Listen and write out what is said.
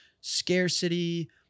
Scarcity